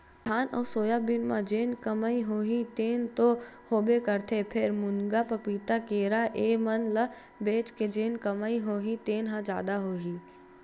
धान अउ सोयाबीन म जेन कमई होही तेन तो होबे करथे फेर, मुनगा, पपीता, केरा ए मन ल बेच के जेन कमई होही तेन ह जादा होही